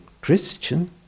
Christian